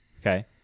Okay